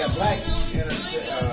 black